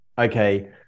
okay